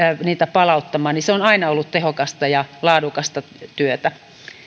heitä palauttamaan se on aina ollut tehokasta ja laadukasta työtä